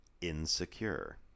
insecure